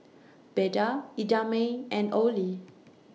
Beda Idamae and Olie